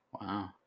Wow